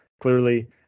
clearly